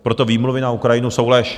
Proto výmluvy na Ukrajinu jsou lež.